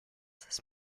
this